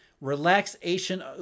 relaxation